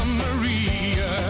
maria